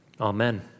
Amen